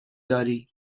داری